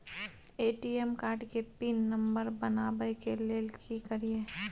ATM card के pin number बनाबै के लेल की करिए?